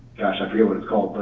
gosh, i forget what it's called.